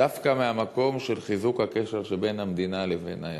דווקא מהמקום של חיזוק הקשר בין המדינה לבין היהדות.